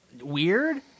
weird